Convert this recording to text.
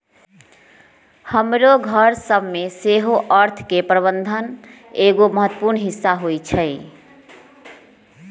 हमरो घर सभ में सेहो अर्थ के प्रबंधन एगो महत्वपूर्ण हिस्सा होइ छइ